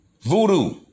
voodoo